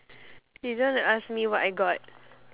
you don't want to ask me what I got